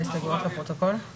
להתמודדות עם נגיף הקורונה החדש (הוראת שעה)